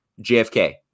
jfk